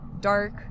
dark